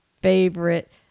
favorite